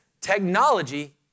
technology